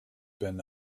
been